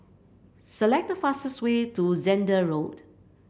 select the fastest way to Zehnder Road